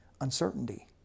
uncertainty